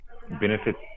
benefits